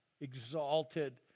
exalted